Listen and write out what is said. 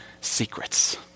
secrets